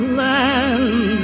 land